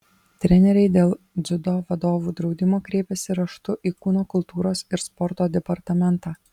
treneriai dėl dziudo vadovų draudimo kreipėsi raštu į kūno kultūros ir sporto departamentą